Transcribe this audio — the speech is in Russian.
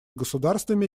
государствами